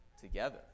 together